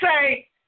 say